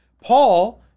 Paul